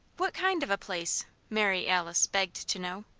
what kind of a place? mary alice begged to know.